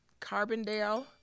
Carbondale